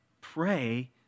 pray